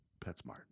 PetSmart